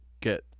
get